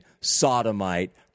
sodomite